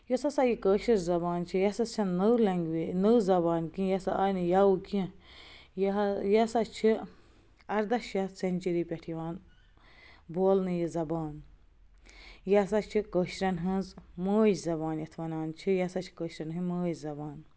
یۄس ہَسا یہِ کٲشِر زبان چھِ یہِ ہَسا چھَنہٕ نٔو لنٛگوے نٔو زبان کیٚنٛہہ یہِ ہَسا آیہِ نہٕ یَوٕ کیٚنٛہہ یہِ ہَسا چھِ اَرداہ شتھ سنچٔری پٮ۪ٹھ یِوان بولنہٕ یہِ زبان یہِ ہَسا چھِ کٲشرٮ۪ن ہٕنٛز مٲج زبان یَتھ وَنان چھِ یہِ ہَسا چھِ کٲشرٮ۪ن ہٕنٛز مٲج زبان